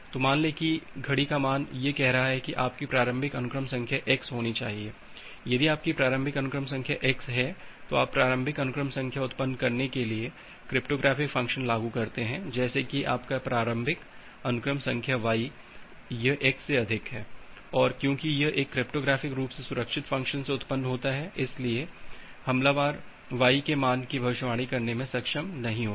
तो मान लें कि घड़ी का मान यह कह रहा है कि आपकी प्रारंभिक अनुक्रम संख्या x होना चाहिए यदि आपकी प्रारंभिक अनुक्रम संख्या x है तो आप प्रारंभिक अनुक्रम संख्या उत्पन्न करने के लिए एक क्रिप्टोग्राफ़िक फ़ंक्शन लागू करते हैं जैसे कि आपका प्रारंभिक अनुक्रम संख्या y यह x से अधिक है और क्योंकि यह एक क्रिप्टोग्राफिक रूप से सुरक्षित फ़ंक्शन से उत्पन्न होता है इसलिए हमलावर y के मान की भविष्यवाणी करने में सक्षम नहीं होगा